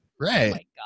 Right